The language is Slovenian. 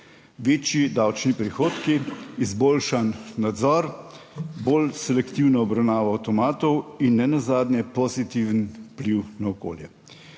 večji davčni prihodki, izboljšan nadzor, bolj selektivna obravnava avtomatov in nenazadnje pozitiven vpliv na okolje.